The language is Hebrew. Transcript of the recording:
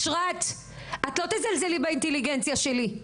את לא תזלזלי באינטליגנציה שלי.